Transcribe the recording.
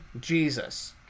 Jesus